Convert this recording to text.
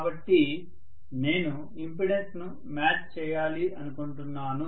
కాబట్టి నేను ఇంపెడెన్స్ను మ్యాచ్ చేయాలి అనుకుంటున్నాను